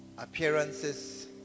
appearances